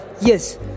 yes